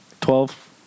Twelve